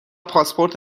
پاسپورت